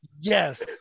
Yes